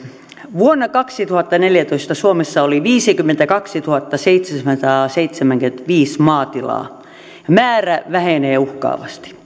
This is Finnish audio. vuonna kaksituhattaneljätoista suomessa oli viisikymmentäkaksituhattaseitsemänsataaseitsemänkymmentäviisi maatilaa määrä vähenee uhkaavasti